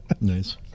Nice